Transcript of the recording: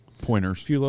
pointers